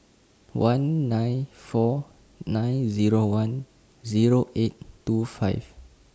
one nine four nine Zero one Zero eight two five